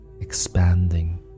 expanding